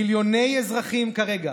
מיליוני אזרחים כרגע